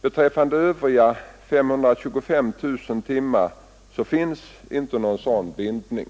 Beträffande övriga 525 000 timmar finns ingen sådan bindning.